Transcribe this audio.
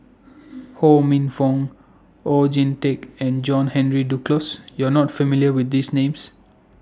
Ho Minfong Oon Jin Teik and John Henry Duclos YOU Are not familiar with These Names